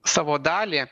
savo dalį